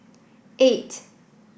eight